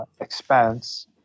expense